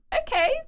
okay